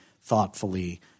thoughtfully